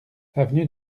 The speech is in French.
avenue